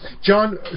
John